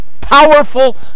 powerful